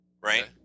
right